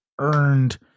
earned